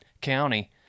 County